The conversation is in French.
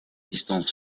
distance